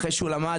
אחרי שהוא למד,